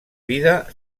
vida